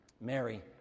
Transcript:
Mary